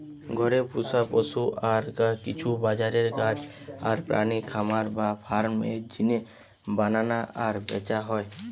ঘরে পুশা পশু আর কিছু বাজারের গাছ আর প্রাণী খামার বা ফার্ম এর জিনে বানানা আর ব্যাচা হয়